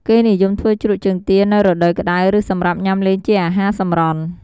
គេនិយមធ្វើជ្រក់ជើងទានៅរដូវក្តៅ ឬសម្រាប់ញ៉ាំលេងជាអាហារសម្រន់។